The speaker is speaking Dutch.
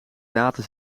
data